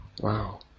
Wow